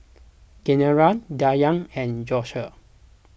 Kieran Danyell and Josue